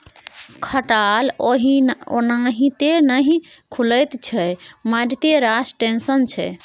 खटाल ओनाहिते नहि खुलैत छै मारिते रास टेंशन छै